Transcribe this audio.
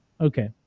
Okay